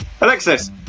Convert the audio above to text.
Alexis